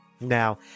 now